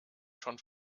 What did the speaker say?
schon